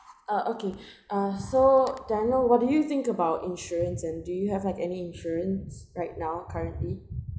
uh okay uh so daniel what do you think about insurance and do you have like any insurance right now currently